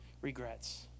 regrets